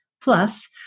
Plus